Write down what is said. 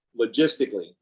logistically